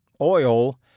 Oil